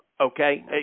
okay